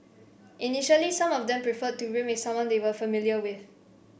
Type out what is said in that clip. initially some of them preferred to room with someone they were familiar with